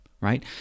right